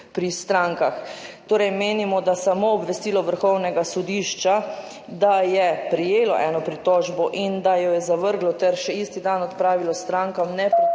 Torej menimo, da samo obvestilo Vrhovnega sodišča, da je prejelo eno pritožbo in da jo je zavrglo ter še isti dan odpravilo strankam, ne predstavlja